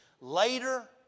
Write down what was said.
Later